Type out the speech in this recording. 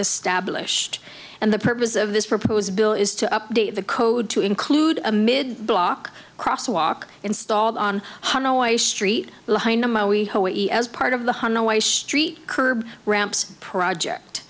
established and the purpose of this proposed bill is to update the code to include a mid block crosswalk installed on hundred way street as part of the one way street curb ramps project